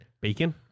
Bacon